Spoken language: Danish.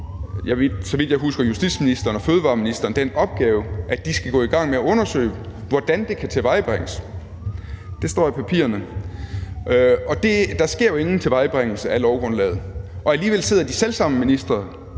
jeg husker, justitsministeren og fødevareministeren den opgave at gå i gang med at undersøge, hvordan dette kan tilvejebringes. Det står i papirerne. Men der sker jo ingen tilvejebringelse af lovgrundlaget, og alligevel sidder de selv samme ministre